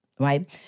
Right